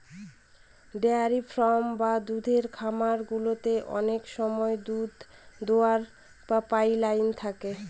dairy farm বা দুধের খামার গুলোতে অনেক সময় দুধ দোওয়ার পাইপ লাইন থাকে